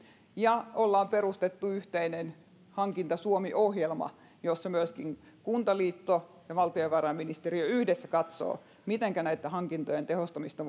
ja ollaan perustettu yhteinen hankinta suomi ohjelma jossa kuntaliitto ja valtiovarainministeriö yhdessä katsovat mitenkä hankintojen tehostamista